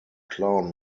clown